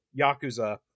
Yakuza